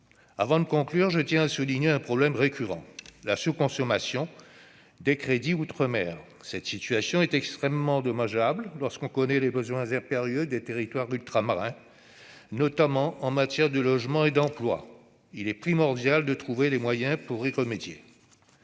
Avant de conclure, je tiens à souligner un problème récurrent : la sous-consommation des crédits outre-mer. Cette situation est extrêmement dommageable eu égard aux besoins impérieux des territoires ultramarins, notamment en matière de logement et d'emploi. Il est primordial de trouver les moyens pour y remédier.